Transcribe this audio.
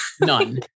None